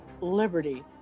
liberty